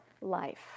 life